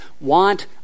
want